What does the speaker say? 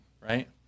right